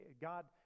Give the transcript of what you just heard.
God